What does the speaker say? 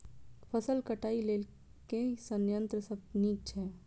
फसल कटाई लेल केँ संयंत्र सब नीक छै?